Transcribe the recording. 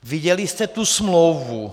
Viděli jste tu smlouvu?